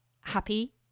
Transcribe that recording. happy